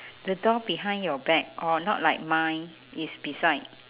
the door behind your back or not like mine is beside